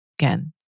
Again